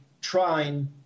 trying